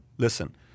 Listen